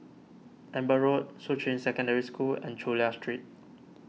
Amber Road Shuqun Secondary School and Chulia Street